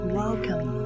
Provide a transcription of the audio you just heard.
welcome